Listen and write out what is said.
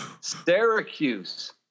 Syracuse